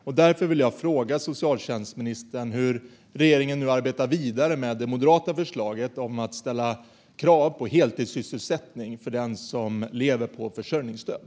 Hur arbetar regeringen vidare, socialtjänstministern, med det moderata förslaget om att ställa krav på heltidssysselsättning för den som lever på försörjningsstöd?